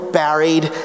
buried